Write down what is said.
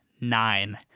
nine